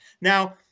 Now